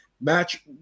match